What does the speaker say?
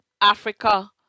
Africa